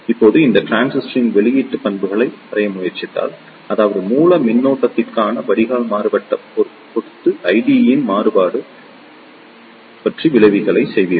இப்போது இந்த டிரான்சிஸ்டரின் வெளியீட்டு பண்புகளை வரைய முயற்சித்தால் அதாவது மூல மின்னழுத்தத்திற்கான வடிகால் மாறுபாட்டைப் பொறுத்து ஐடியின் மாறுபாடு நீங்கள் இது போன்ற வளைவுகளைச் செய்வீர்கள்